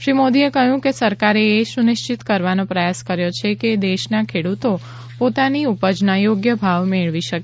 શ્રી મોદીએ કહ્યું કે સરકારે એ સુનિશ્ચિત કરવાનો પ્રયાસ કર્યો છે કે દેશના ખેડૂતો પોતાની ઉપજના યોગ્ય ભાવ મેળવી શકે